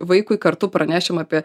vaikui kartu pranešim apie